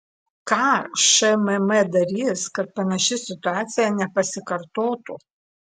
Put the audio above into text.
ką šmm darys kad panaši situacija nepasikartotų